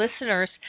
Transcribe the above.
listeners